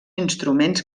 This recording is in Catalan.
instruments